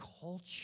culture